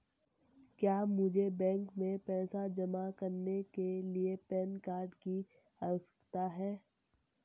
क्या मुझे बैंक में पैसा जमा करने के लिए पैन कार्ड की आवश्यकता है?